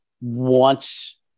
wants